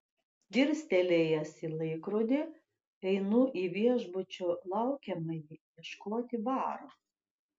dirstelėjęs į laikrodį einu į viešbučio laukiamąjį ieškoti baro